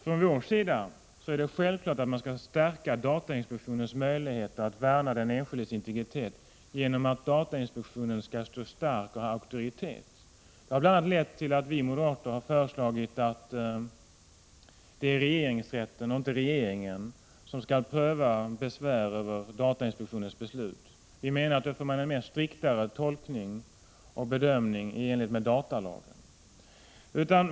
Från vår sida är det självklart att man skall stärka datainspektionens möjligheter att värna den enskildes integritet genom att datainspektionen skall stå stark och ha auktoritet. Det har bl.a. lett till att vi moderater har föreslagit att regeringsrätten och inte regeringen skall pröva besvär över datainspektionens beslut. Vi menar att man då får en mer strikt tolkning och bedömning i enlighet med datalagen.